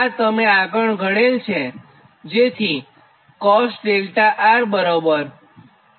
આ તમે આગળ ગણેલ છે